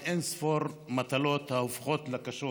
ואין-ספור מטלות ההופכות לקשות